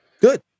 good